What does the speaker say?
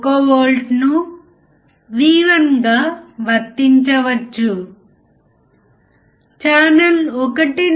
input వద్ద ఏ voltage ఉంటుందో అవుట్పుట్ వద్ద అదే వోల్టేజ్ కనిపిస్తుంది